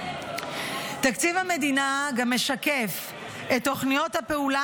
תקציב המדינה גם משקף את תוכניות הפעולה